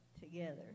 together